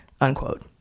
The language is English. unquote